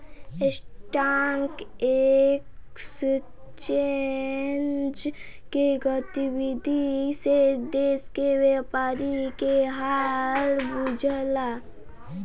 stock exchange के गतिविधि से देश के व्यापारी के हाल बुझला